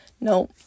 no